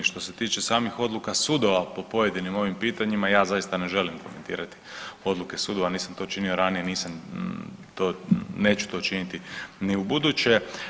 Što se tiče samih odluka sudova po pojedinim ovim pitanjima ja zaista ne želim komentirati odluke sudova, nisam to činio ranije, nisam to, neću to činiti ni u buduće.